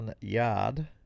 yard